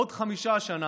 ועוד חמישה השנה.